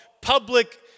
public